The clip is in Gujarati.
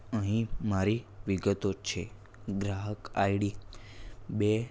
અહીં મારી વિગતો છે ગ્રાહક આઇડી બે